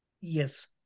Yes